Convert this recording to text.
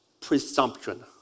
presumption